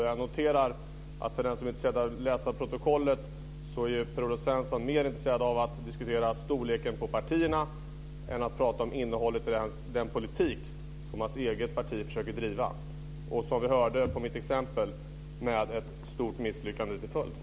Jag noterar att den som är intresserad av att läsa protokollet kan se att Per-Olof Svensson är mer intresserad av att diskutera storleken på partierna än att prata om innehållet i den politik som hans eget parti försöker driva med - som vi hörde från mitt exempel - ett stort misslyckande till följd.